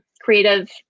creative